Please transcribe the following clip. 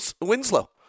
Winslow